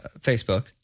Facebook